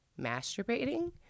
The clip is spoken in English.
masturbating